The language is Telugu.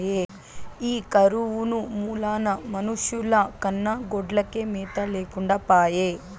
ఈ కరువు మూలాన మనుషుల కన్నా గొడ్లకే మేత లేకుండా పాయె